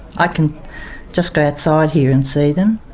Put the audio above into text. i can just go outside here and see them,